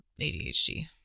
ADHD